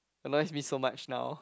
otherwise meet so much now